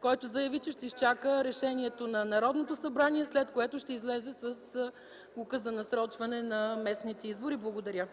който заяви, че ще изчака решението на Народното събрание, след което ще излезе с указ за насрочване на местните избори. Благодаря.